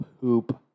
Poop